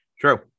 True